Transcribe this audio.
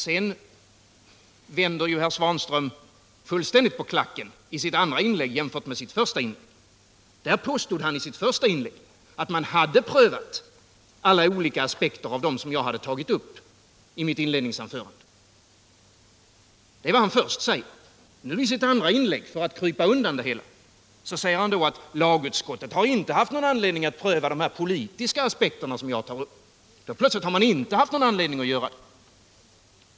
Sedan vänder ju herr Svanström fullständigt på klacken i sitt andra inlägg jämfört med det första. I det första inlägget påstod han att man hade prövat alla de olika aspekter som jag hade tagit upp i mitt inledningsanförande. För att krypa undan det hela säger han i sitt andra inlägg att lagutskottet inte har haft någon anledning att pröva de politiska aspekter som jag tar upp. Plötsligt har man inte haft någon anledning att göra det!